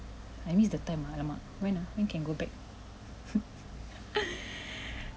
I miss the time ah !alamak! when ah can go back